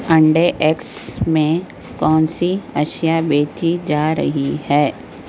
انڈے ایگس میں کون سی اشیا بیچی جا رہی ہے